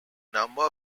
number